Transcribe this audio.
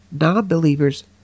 non-believers